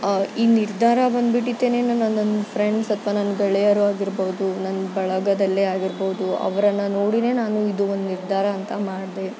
ಈ ನಿರ್ಧಾರ ಬಂದ್ಬಿಟ್ಟಿತ್ತೆನೇ ನನ್ನನ್ನೊಂದು ಫ್ರೆಂಡ್ಸ್ ಅಥವಾ ನನ್ನ ಗೆಳೆಯರು ಆಗಿರ್ಬೌದು ನನ್ನ ಬಳಗದಲ್ಲೇ ಆಗಿರ್ಬೌದು ಅವರನ್ನ ನೋಡಿಯೇ ನಾನು ಇದು ಒಂದು ನಿರ್ಧಾರ ಅಂತ ಮಾಡಿದೆ